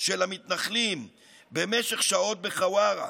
של המתנחלים במשך שעות בחווארה